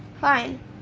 Fine